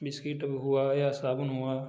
biscuit हुआ या साबुन हुआ